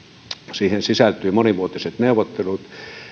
siihen sisältyy monivuotiset neuvottelut